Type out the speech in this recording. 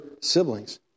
siblings